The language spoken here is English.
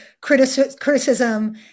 criticism